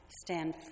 stand